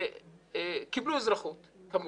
קיבלו אזרחות כמובן.